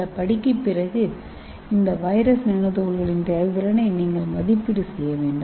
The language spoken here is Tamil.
இந்த படிக்குப் பிறகு இந்த வைரஸ் நானோ துகள்களின் செயல்திறனை நீங்கள் மதிப்பீடு செய்ய வேண்டும்